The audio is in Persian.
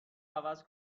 عوض